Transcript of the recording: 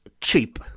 cheap